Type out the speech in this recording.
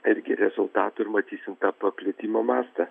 irgi rezultatų ir matysim tą paplitimo mastą